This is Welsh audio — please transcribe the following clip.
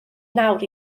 nawr